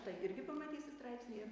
tą irgi pamatysit straipsnyje